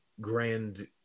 grand